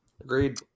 Agreed